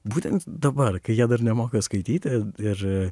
būtent dabar kai jie dar nemoka skaityti ir